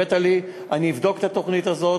אני אבדוק את התוכנית הזאת,